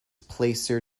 placer